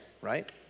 right